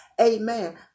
amen